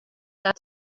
got